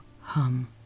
hum